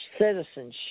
citizenship